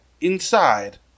inside